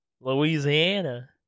Louisiana